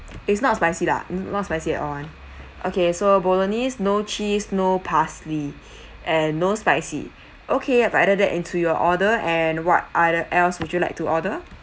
it's not spicy lah n~ not spicy at all [one] okay so bolognese no cheese no parsley and no spicy okay I've added that into your order and what are the else would you like to order